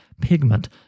pigment